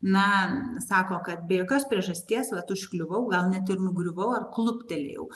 na sako kad be jokios priežasties vat užkliuvau gal net ir nugriuvau ar kluptelėjau